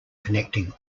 connecting